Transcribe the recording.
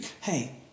hey